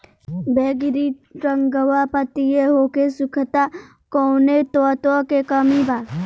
बैगरी रंगवा पतयी होके सुखता कौवने तत्व के कमी बा?